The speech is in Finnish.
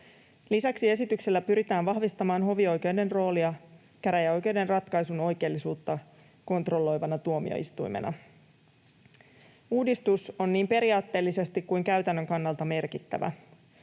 Lisäksi esityksellä pyritään vahvistamaan hovioikeuden roolia käräjäoikeuden ratkaisun oikeellisuutta kontrolloivana tuomioistuimena. Uudistus on niin periaatteellisesti kuin käytännön kannalta merkittävä,